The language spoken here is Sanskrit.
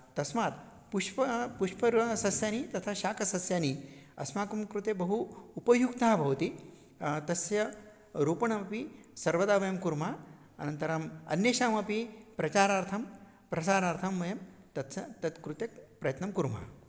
तस्मात् पुष्पं पुष्पसस्यानि तथा शाखसस्यानि अस्माकं कृते बहु उपयुक्तः भवति तस्य रोपणमपि सर्वदा वयं कुर्मः अनन्तरम् अन्येषामपि प्रचारार्थं प्रसारार्थं वयं तत् तत् कृते प्रयत्नं कुर्मः